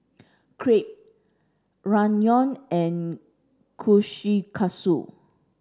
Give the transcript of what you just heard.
Crepe Ramyeon and Kushikatsu